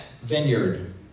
vineyard